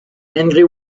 angry